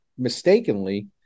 Mistakenly